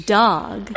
dog